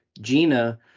Gina